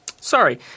sorry